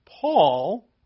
Paul